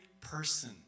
person